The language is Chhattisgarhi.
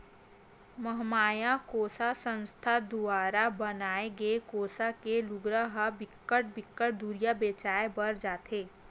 महमाया कोसा संस्था दुवारा बनाए गे कोसा के लुगरा ह बिकट बिकट दुरिहा बेचाय बर जाथे